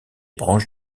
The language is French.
branches